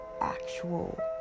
actual